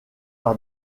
par